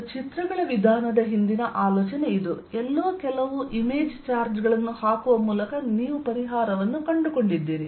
ಮತ್ತು ಚಿತ್ರಗಳ ವಿಧಾನದ ಹಿಂದಿನ ಆಲೋಚನೆ ಇದು ಎಲ್ಲೋ ಕೆಲವು ಇಮೇಜ್ ಚಾರ್ಜ್ ಗಳನ್ನು ಹಾಕುವ ಮೂಲಕ ನೀವು ಪರಿಹಾರವನ್ನು ಕಂಡುಕೊಂಡಿದ್ದೀರಿ